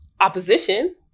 opposition